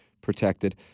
protected